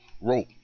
rope